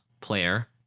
player